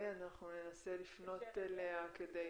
ואבקש מנציגת הנהלת בתי המשפט להתחבר לזום ולאותת לנו כשהיא מוכנה.